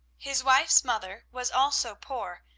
his wife's mother was also poor,